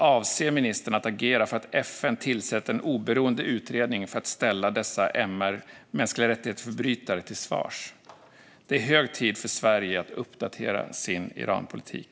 Avser ministern att agera för att FN tillsätter en oberoende utredning för att ställa dessa MR-förbrytare till svars? Det är hög tid för Sverige att uppdatera sin Iranpolitik.